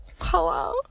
hello